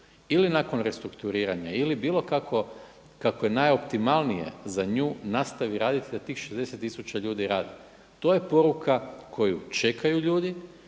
ili nakon restrukturiranja ili bilo kako, kako je najoptimalnije za nju nastaviti raditi da tih 60000 radi. To je poruka koju čekaju ljudi,